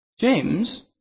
James